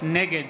נגד